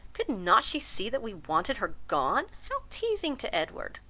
could not she see that we wanted her gone how teazing to edward!